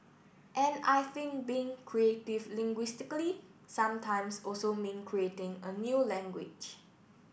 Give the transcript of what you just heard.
and I think being creative linguistically sometimes also mean creating a new language